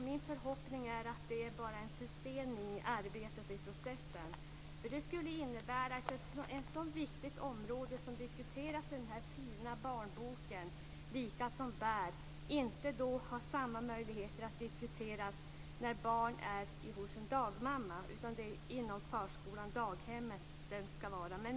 Min förhoppning är att det bara är en försening i processen. Det skulle annars innebära att man inte skulle ha samma möjligheter att diskutera ett så viktigt område som tas upp i denna fina barnbok Lika som bär om ett barn är hos en dagmamma, utan barnet ska vara i förskolan eller på daghemmet.